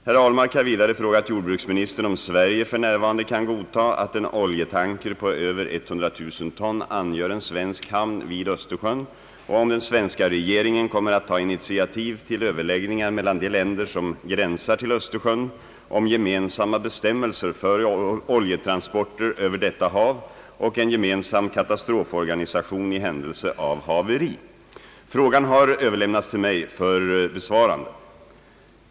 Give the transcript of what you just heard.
Herr Ahlmark har vidare frågat jordbruksministern om Sverige f.n. kan godta att en oljetanker på över 100 000 ton angör en svensk hamn vid Östersjön och om den svenska regeringen kommer att ta initiativ till överläggningar mellan de länder som gränsar till Östersjön om gemensamma bestämmelser för oljetransporter över detta hav och en gemensam katastroforganisation i händelse av haveri. Frågan har överlämnats till mig för besvarande.